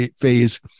phase